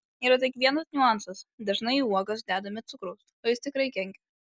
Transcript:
yra tik vienas niuansas dažnai į uogas dedame cukraus o jis tikrai kenkia